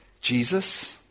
Jesus